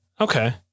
Okay